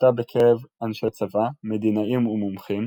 התפשטה בקרב אנשי צבא, מדינאים ומומחים,